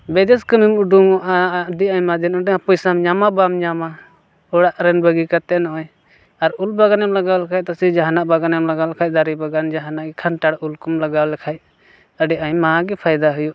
ᱵᱤᱫᱮᱥ ᱠᱟᱹᱢᱤᱢ ᱩᱰᱩᱝᱜᱼᱟ ᱟᱹᱰᱤ ᱟᱭᱢᱟ ᱫᱤᱱ ᱚᱸᱰᱮ ᱦᱚᱸ ᱯᱚᱭᱥᱟᱢ ᱧᱟᱢᱟ ᱵᱟᱢ ᱧᱟᱢᱟ ᱚᱲᱟᱜ ᱨᱮᱱ ᱵᱟᱹᱜᱤ ᱠᱟᱛᱮᱫ ᱱᱚᱜᱼᱚᱸᱭ ᱟᱨ ᱩᱞ ᱵᱟᱜᱟᱱᱮᱢ ᱞᱟᱜᱟᱣ ᱞᱮᱠᱷᱟᱡ ᱫᱚ ᱥᱮ ᱡᱟᱦᱟᱱᱟᱜ ᱵᱟᱜᱟᱱᱮᱢ ᱞᱟᱜᱟᱣ ᱞᱮᱠᱷᱟᱡ ᱫᱟᱨᱮ ᱵᱟᱜᱟᱱ ᱡᱟᱦᱟᱱᱟᱜ ᱜᱮ ᱠᱷᱟᱱᱴᱲᱟ ᱩᱞ ᱠᱚᱢ ᱞᱟᱜᱟᱣ ᱞᱮᱠᱷᱟᱡ ᱟᱹᱰᱤ ᱟᱭᱢᱟ ᱜᱮ ᱯᱷᱟᱭᱫᱟ ᱦᱩᱭᱩᱜᱼᱟ